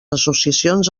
associacions